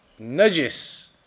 najis